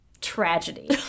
tragedy